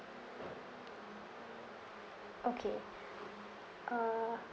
okay uh